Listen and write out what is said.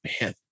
man